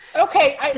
Okay